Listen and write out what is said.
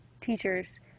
teachers